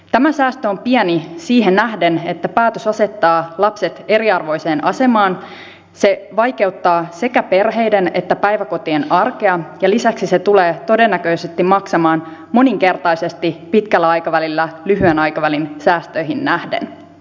tämä säästö on pieni siihen nähden että päätös asettaa lapset eriarvoiseen asemaan vaikeuttaa sekä perheiden että päiväkotien arkea ja lisäksi tulee todennäköisesti maksamaan moninkertaisesti pitkällä aikavälillä lyhyen aikavälin säästöihin nähden